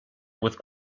with